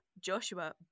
Joshua